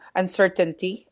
uncertainty